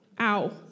ow